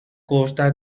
costa